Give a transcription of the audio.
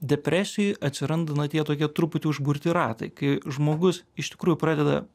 depresijoj atsiranda na tie tokie truputį užburti ratai kai žmogus iš tikrųjų pradeda